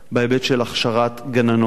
בהיבט של הכשרת גננות